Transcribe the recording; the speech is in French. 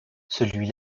celui